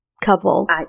couple